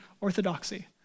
orthodoxy